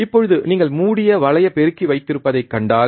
இப்போது நீங்கள் மூடிய வளைய பெருக்கி வைத்திருப்பதைக் கண்டால்